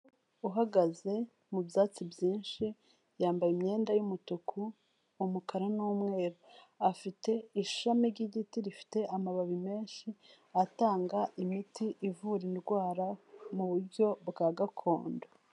Uhagaze mubyatsi byinshi yambaye imyenda y'umutuku, umukara n'umweru. Afite ishami ry'igiti rifite amababi menshi atanga imiti ivura indwara mu buryo bwa gakondo.